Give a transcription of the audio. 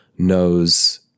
knows